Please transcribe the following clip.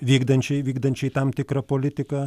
vykdančiai vykdančiai tam tikrą politiką